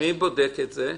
מי בודק את זה?